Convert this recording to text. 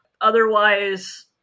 Otherwise